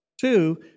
Two